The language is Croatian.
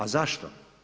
A zašto?